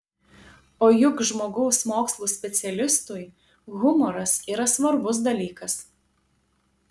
o juk žmogaus mokslų specialistui humoras yra svarbus dalykas